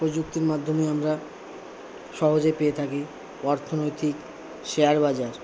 প্রযুক্তির মাধ্যমেই আমরা সহজে পেয়ে থাকি অর্থনৈতিক শেয়ার বাজার